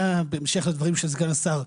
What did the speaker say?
בהמשך לדברים של סגן השר,